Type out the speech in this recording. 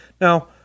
Now